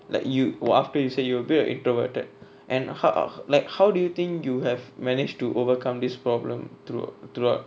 like you !wah! after you said you were a bit introverted and how like how do you think you have managed to overcome this problem through throughout